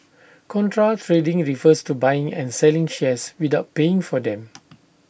contra trading refers to buying and selling shares without paying for them